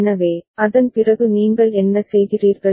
எனவே அதன் பிறகு நீங்கள் என்ன செய்கிறீர்கள்